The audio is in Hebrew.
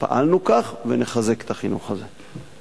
אנחנו פעלנו כך ונחזק את החינוך הזה.